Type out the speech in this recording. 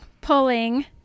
pulling